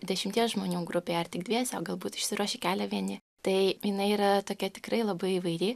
dešimties žmonių grupėje ar tik dviese o galbūt išsiruoš į kelią vieni tai jinai yra tokia tikrai labai įvairi